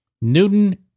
Newton